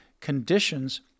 conditions